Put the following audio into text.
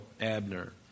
Abner